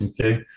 Okay